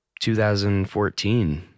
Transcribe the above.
2014